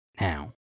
now